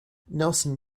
nelson